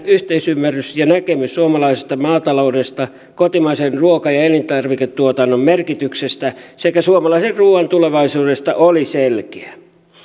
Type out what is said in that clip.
yhteisymmärrys ja näkemys suomalaisesta maataloudesta kotimaisen ruoka ja elintarviketuotannon merkityksestä sekä suomalaisen ruuan tulevaisuudesta oli selkeä